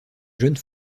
jeune